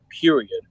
period